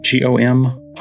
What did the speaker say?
GOM